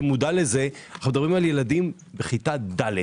מודע להם אנחנו מדברים על ילדים בכיתה ד'.